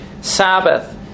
Sabbath